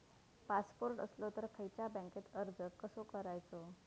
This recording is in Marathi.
पासपोर्ट असलो तर खयच्या बँकेत अर्ज कसो करायचो?